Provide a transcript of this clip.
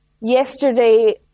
yesterday